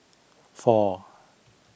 four